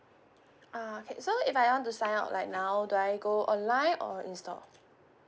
ah okay so if I want to sign up like now do I go online or in store